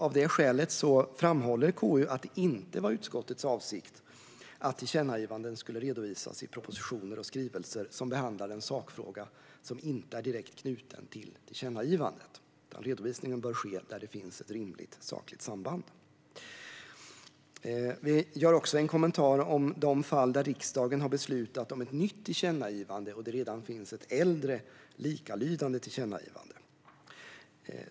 Av det skälet framhåller KU att det inte var utskottets avsikt att tillkännagivanden skulle redovisas i propositioner och skrivelser som behandlar en sakfråga som inte är direkt knuten till tillkännagivandet. Redovisningen bör ske där det finns ett rimligt sakligt samband. Vi gör också en kommentar om de fall där riksdagen har beslutat om ett nytt tillkännagivande och där det redan finns ett äldre, likalydande tillkännagivande.